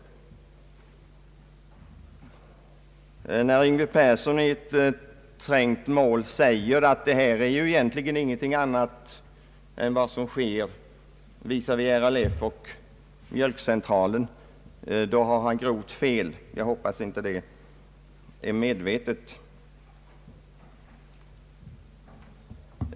När herr Yngve Persson i ett trängt mål säger att detta med kollektivanslutningen egentligen inte är någonting annat än vad som sker när det gäller RLF och Mjölkcentralen, tar han grovt fel. Jag hoppas att det inte är medvetet.